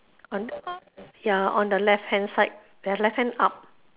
on ya on the left hand side the left hand up